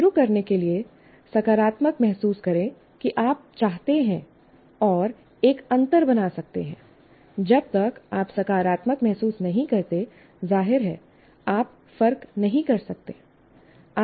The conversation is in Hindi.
शुरू करने के लिए सकारात्मक महसूस करें कि आप चाहते हैं और एक अंतर बना सकते हैं जब तक आप सकारात्मक महसूस नहीं करते जाहिर है आप फर्क नहीं कर सकते